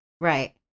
Right